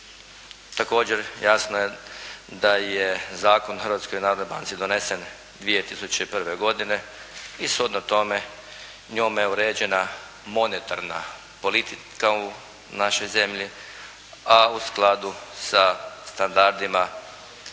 Također jasno je da je Zakon o Hrvatskoj narodnoj banci donesen 2001. godine i shodno tome njome je određena monetarna politika u našoj zemlji a u skladu sa standardima razvijanjem